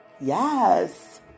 Yes